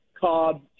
Cobb